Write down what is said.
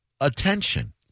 attention